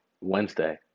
wednesday